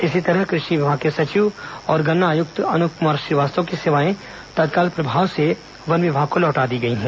इसी तरह कृषि विभाग के सचिव और गन्ना आयुक्त अनूप कुमार श्रीवास्तव की सेवाएं तत्काल प्रभाव से वन विभाग को लौटा दी गई हैं